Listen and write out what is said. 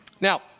Now